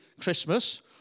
Christmas